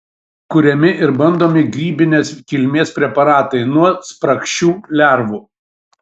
kuriami ir bandomi grybinės kilmės preparatai nuo spragšių lervų